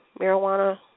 marijuana